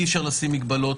אי אפשר לשים מגבלות,